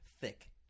Thick